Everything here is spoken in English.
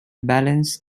balanced